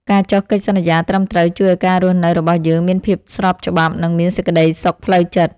ការចុះកិច្ចសន្យាត្រឹមត្រូវជួយឱ្យការរស់នៅរបស់យើងមានភាពស្របច្បាប់ និងមានសេចក្តីសុខផ្លូវចិត្ត។